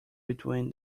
between